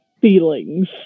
feelings